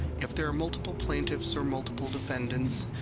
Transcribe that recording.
if there are multiple plaintiffs or multiple defendants,